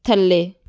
ਥੱਲੇ